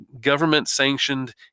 government-sanctioned